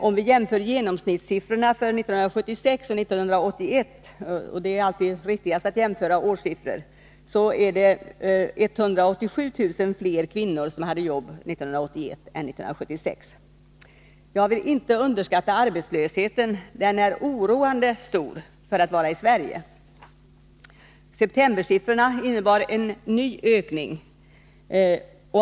Om vi jämför genomsnittssiffrorna 1976-1981 — och det är alltid riktigast att jämföra årssiffrorna — finner vi att det var 187 000 fler kvinnor som hade jobb 1981 än som hade det 1976. Jag vill inte underskatta arbetslösheten. Den är oroande stor — för att vara i Sverige. Septembersiffrorna innebar en ny ökning.